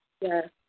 Yes